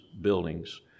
buildings